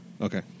Okay